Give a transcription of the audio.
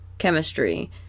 chemistry